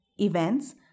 events